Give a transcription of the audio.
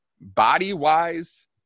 Body-wise